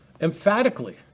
Emphatically